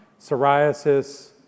psoriasis